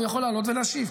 הוא יכול לעלות ולהשיב.